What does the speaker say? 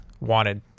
wanted